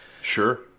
sure